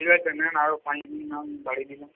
ঠিক আছে নিন আরও পাঁচদিন না হয় বাড়িয়ে দিলাম